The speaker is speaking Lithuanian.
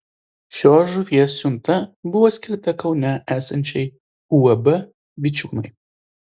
šios žuvies siunta buvo skirta kaune esančiai uab vičiūnai